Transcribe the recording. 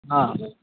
अँ